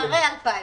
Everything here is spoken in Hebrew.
אחרי 2020?